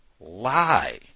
lie